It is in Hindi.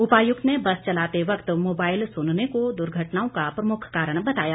उपायुक्त ने बस चलाते वक्त मोबाईल सुनने को दुर्घटनाओं का प्रमुख कारण बताया